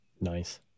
Nice